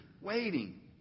waiting